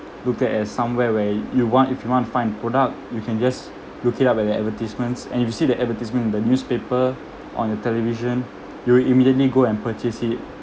look at as somewhere where you want if you want find product you can just look it up at their advertisements and you see the advertisement the newspaper on your television you're immediately go and purchase it